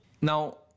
Now